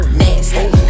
nasty